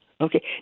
Okay